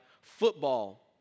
football